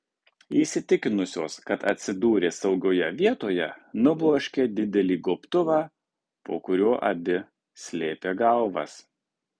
įsitikinusios kad atsidūrė saugioje vietoje nubloškė didelį gobtuvą po kuriuo abi slėpė galvas